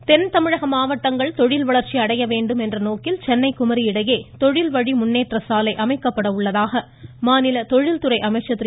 சம்பத் தென் தமிழக மாவட்டங்கள் தொழில் வளர்ச்சி அடைய வேண்டும் என்ற நோக்கில் சென்னை குமரி இடையே தொழில் வழி முன்னேற்ற சாலை அமைக்கப்பட உள்ளதாக மாநில தொழில் துறை அமைச்சர் திரு